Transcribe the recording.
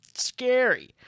Scary